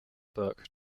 book